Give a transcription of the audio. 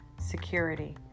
security